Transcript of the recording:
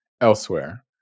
Elsewhere